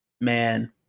man